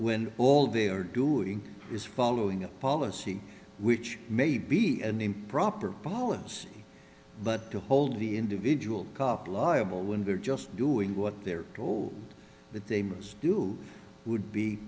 when all they are doing is following a policy which may be an improper policy but to hold the individual cop liable when they're just doing what they're told that they must do would be